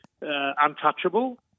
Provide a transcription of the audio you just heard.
untouchable